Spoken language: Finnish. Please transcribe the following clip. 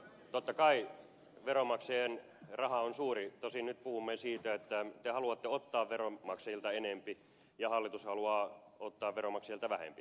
totta kai veronmaksajien raha on suuri tosin nyt puhumme siitä että te haluatte ottaa veronmaksajilta enempi ja hallitus haluaa ottaa veronmaksajilta vähempi